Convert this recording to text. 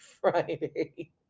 Friday